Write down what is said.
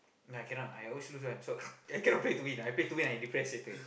no I cannot I always lose one so I cannot play to win I play to win I depressed later